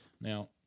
Now